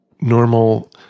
normal